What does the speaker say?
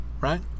right